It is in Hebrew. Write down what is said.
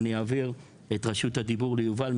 אעביר את רשות הדיבור ליובל,